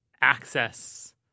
access